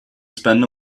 spend